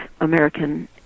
American